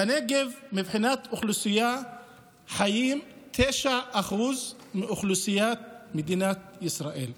בנגב חיים 9% מאוכלוסיית מדינת ישראל,